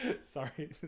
sorry